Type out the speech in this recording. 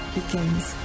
begins